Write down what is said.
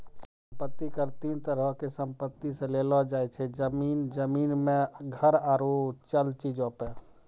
सम्पति कर तीन तरहो के संपत्ति से लेलो जाय छै, जमीन, जमीन मे घर आरु चल चीजो पे